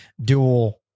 dual